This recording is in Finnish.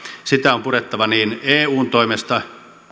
sitä on purettava niin eun toimesta